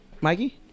Mikey